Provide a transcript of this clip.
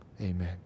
Amen